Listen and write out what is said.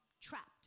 trapped